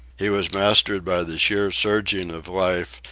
he was mastered by the sheer surging of life,